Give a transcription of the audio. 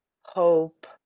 hope